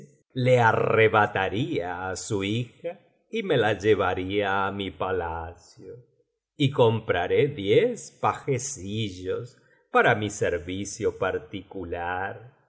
le arrebataría á su hija y me la llevaría á mi palacio y compraré diez pajecillos para mi servicio particular